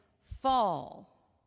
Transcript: fall